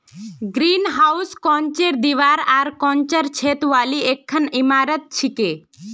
greenhouse कांचेर दीवार आर कांचेर छत वाली एकखन इमारत छिके